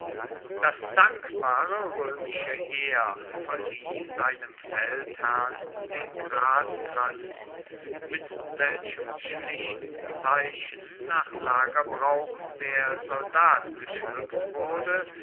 das dankbare römische heer verlieh seinem feldherrn den graskranz mit welchem schlichten zeichen nach lagerbrauch der soldat geschmückt wurde